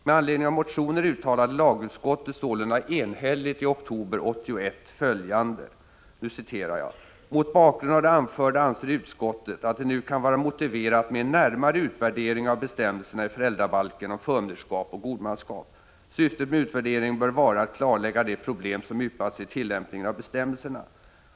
Med anledning av motioner uttalade lagutskottet sålunda enhälligt i oktober 1981 följande: ”Mot bakgrund av det anförda anser utskottet att det nu kan vara motiverat med en närmare utvärdering av bestämmelserna i FB om förmynderskap och godmanskap. Syftet med utvärderingen bör vara att kartlägga de problem som yppat sig i tillämpningen av bestämmelserna.